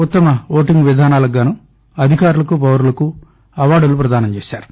ఉత్తమ ఓటింగ్ విధానాలకుగాను అధికారులకు పౌరులకు అవార్డులు ప్రపదానం చేశారు